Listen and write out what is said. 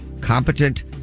Competent